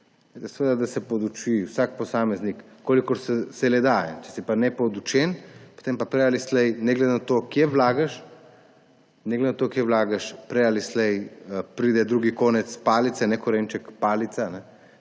seveda, da se poduči vsak posameznik, kolikor se le da. Če si nepodučen, potem pa prej ali slej, ne glede na to, kje vlagaš, ne glede na to, kje vlagaš, pride drugi konec palice. Ne korenček, palica.